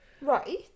Right